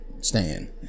stand